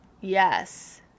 yes